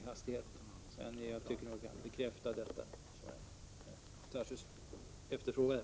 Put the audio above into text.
Jag tycker att jag kan bekräfta det herr Tarschys efterfrågade.